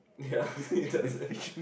yeah he doesn't